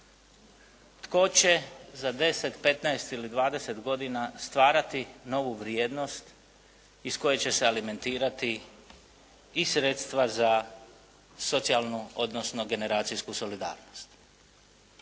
tko će za 10, 15 ili 20 godina stvarati novu vrijednost iz koje će se alimentirati i sredstva za socijalnu, odnosno generacijsku solidarnost?